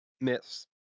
Miss